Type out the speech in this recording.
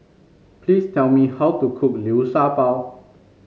please tell me how to cook Liu Sha Bao